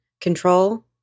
control